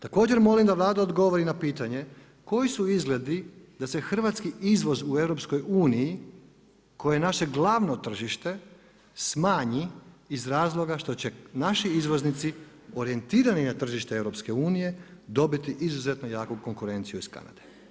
Također molim da Vlada odgovori na pitanje koji su izgledi da se hrvatski izvoz u EU-u koje je naše glavno tržište, smanji iz razloga što će naši izvoznici orijentirani na tržište EU-a, dobiti izuzetno jaku konkurenciju iz Kanade?